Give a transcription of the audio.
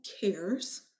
cares